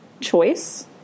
choice